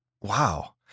wow